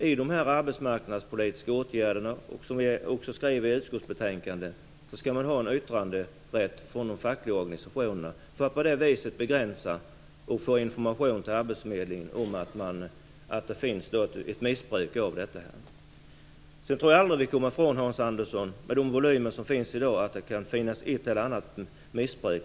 I dessa arbetsmarknadspolitiska åtgärderna skall de fackliga organisationerna ha yttranderätt för att på det viset få in information till arbetsförmedlingen om det finns ett missbruk av detta. Det skriver vi också i utskottsbetänkandet. Med de volymer som finns i dag, Hans Andersson, tror jag aldrig att vi kommer från att missbruk förekommer.